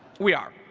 we are.